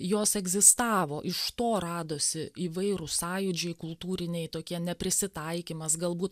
jos egzistavo iš to radosi įvairūs sąjūdžiai kultūriniai tokie neprisitaikymas galbūt